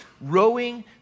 rowing